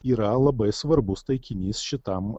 yra labai svarbus taikinys šitam